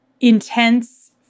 intense